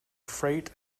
freight